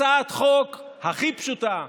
הצעת חוק הכי פשוטה,